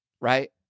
right